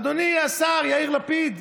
אדוני השר יאיר לפיד,